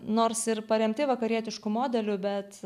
nors ir paremti vakarietišku modeliu bet